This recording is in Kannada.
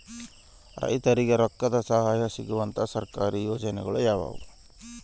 ರೈತರಿಗೆ ರೊಕ್ಕದ ಸಹಾಯ ಸಿಗುವಂತಹ ಸರ್ಕಾರಿ ಯೋಜನೆಗಳು ಯಾವುವು?